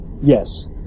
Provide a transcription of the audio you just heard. Yes